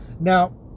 Now